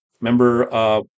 Remember